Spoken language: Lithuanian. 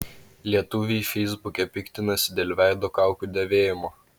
lietuviai feisbuke piktinasi dėl veido kaukių dėvėjimo